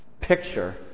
picture